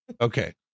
Okay